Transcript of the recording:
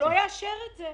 -- הוא לא יאשר את זה.